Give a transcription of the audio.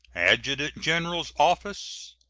adjutant-general's office,